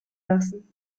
lassen